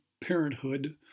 parenthood